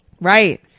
right